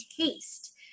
taste